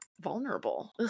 vulnerable